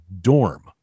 dorm